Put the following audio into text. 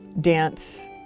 dance